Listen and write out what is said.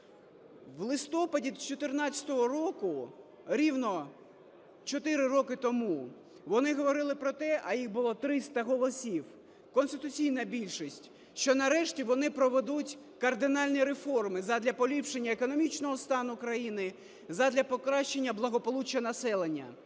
У листопаді 14-го року, рівно 4 роки тому, вони говорили про те, а їх було 300 голосів – конституційна більшість, що, нарешті, вони проведуть кардинальні реформи задля поліпшення економічного стану країни, задля покращення благополуччя населення.